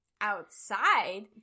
outside